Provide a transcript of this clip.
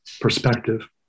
perspective